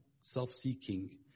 self-seeking